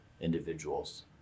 individuals